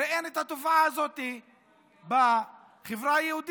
הרי אין את התופעה הזאת בחברה היהודית.